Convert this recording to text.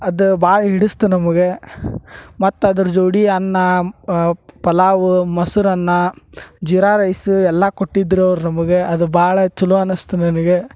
ಅದ ಭಾಳ ಹಿಡಿಸ್ತು ನಮಗೆ ಮತ್ತೆ ಅದ್ರ ಜೋಡಿ ಅನ್ನ ಪಲಾವು ಮೊಸ್ರನ್ನ ಜೀರಾ ರೈಸು ಎಲ್ಲಾ ಕೊಟ್ಟಿದ್ರವರು ನಮ್ಗೆ ಅದು ಭಾಳ ಛಲೋ ಅನ್ನಸ್ತು ನನಗೆ